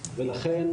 לכן